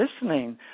listening